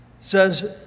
says